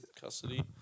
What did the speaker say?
custody